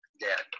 dead